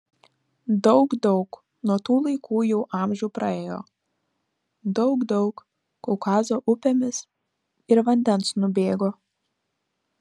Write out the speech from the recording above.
daug daug nuo tų laikų jau amžių praėjo daug daug kaukazo upėmis ir vandens nubėgo